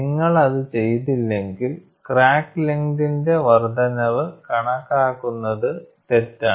നിങ്ങൾ അത് ചെയ്തില്ലെങ്കിൽ ക്രാക്ക് ലെങ്ത്ന്റെ വർദ്ധനവ് കണക്കാക്കുന്നത് തെറ്റാണ്